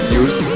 use